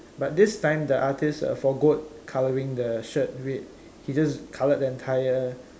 but this time the artist uh forgoed colouring the shirt red he just colored the entire